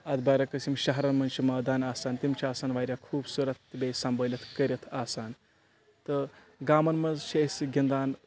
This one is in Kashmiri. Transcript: اتھ برعکِس یِم شہرن منٛز چھِ مٲدان آسان تِم چھِ آسان واریاہ خوبصورت تہٕ بییٚہِ سمبٲلِتھ کٔرِتھ آسان تہٕ گامن منٛز چھِ أسۍ گنٛدان